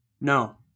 No